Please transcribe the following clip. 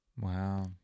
Wow